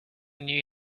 knew